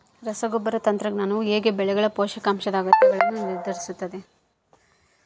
ರಸಗೊಬ್ಬರ ತಂತ್ರಜ್ಞಾನವು ಹೇಗೆ ಬೆಳೆಗಳ ಪೋಷಕಾಂಶದ ಅಗತ್ಯಗಳನ್ನು ನಿರ್ಧರಿಸುತ್ತದೆ?